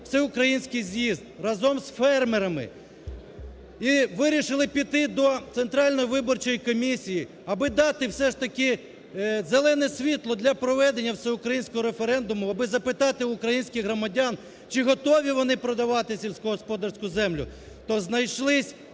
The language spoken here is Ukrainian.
всеукраїнський з'їзд разом з фермерами і вирішили піти до Центральної виборчої комісії, аби дати все ж таки "зелене світло" для проведення Всеукраїнського референдуму, аби запитати в українських громадян, чи готові вони продавати сільськогосподарську землю, то знайшлися